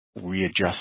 readjust